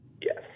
yes